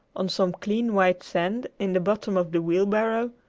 on some clean white sand in the bottom of the wheelbarrow,